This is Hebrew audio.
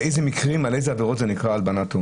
באיזה מקרים ובאיזה עבירות זה נקרא הלבנת הון.